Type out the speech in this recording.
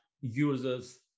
users